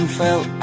fell